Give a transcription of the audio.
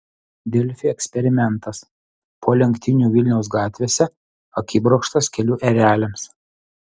delfi eksperimentas po lenktynių vilniaus gatvėse akibrokštas kelių ereliams